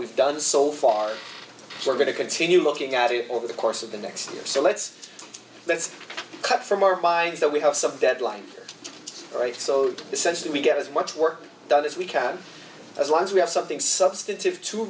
we've done so far we're going to continue looking at it over the course of the next year so let's let's cut from our buying so we have some deadline all right so to the sense that we get as much work done as we can as long as we have something substantive to